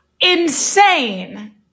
Insane